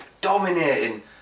dominating